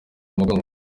mugongo